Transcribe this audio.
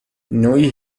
نوعی